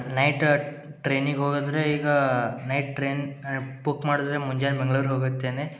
night ಟ್ರೈನಿಗೆ ಹೋದ್ರೆ ಈಗ ನೈಟ್ ಟ್ರೈನ್ ಬುಕ್ ಮಾಡಿದರೆ ಮುಂಜಾನೆ ಬೆಂಗ್ಳೂರಿಗೆ ಹೋಗುತ್ತೇನೆ